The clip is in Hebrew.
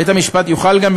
בית-המשפט יוכל גם,